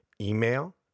email